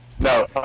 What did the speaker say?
No